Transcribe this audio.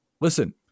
listen